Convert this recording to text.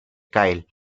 kyle